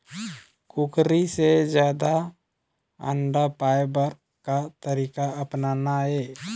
कुकरी से जादा अंडा पाय बर का तरीका अपनाना ये?